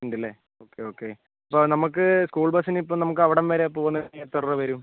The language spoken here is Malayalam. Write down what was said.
ഉണ്ട് അല്ലേ ഓക്കെ ഓക്കെ അപ്പോൾ നമുക്ക് സ്കൂൾ ബസിനിപ്പം നമുക്കവിടം വരെ പോകുന്നതിന് എത്ര രൂപ വരും